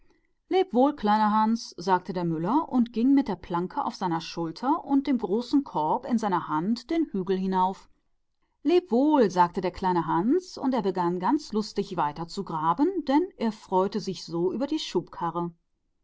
adieu kleiner hans sagte der müller und stieg mit der planke auf der schulter und dem korb in der hand den hügel hinauf adieu sagte klein hans und begann lustig zu graben denn er freute sich über den